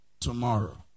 tomorrow